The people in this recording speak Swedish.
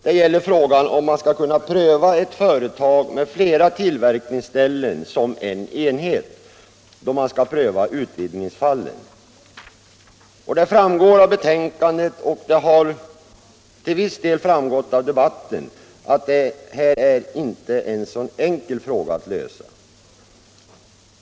Det gäller frågan, om man skall kunna räkna ett företag med flera tillverkningsställen som en enhet då man skall pröva utvidgningsfallen. Det framgår av betänkandet och det har till viss del också framgått av debatten att det inte är något enkelt problem att lösa.